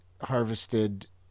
harvested